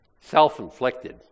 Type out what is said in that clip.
self-inflicted